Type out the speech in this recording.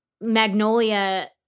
Magnolia